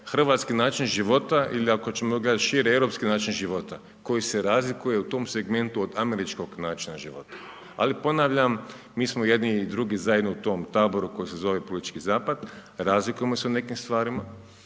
hrvatski način života ili ako ćemo ga šire europski način života, koji se razlikuje u tom segmentu od američkog načina života. Ali ponavljam, mi smo jedni i drugi zajedno u tom taboru koji se zove politički zapad, razlikujemo se u nekim stvarima,